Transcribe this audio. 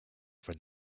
for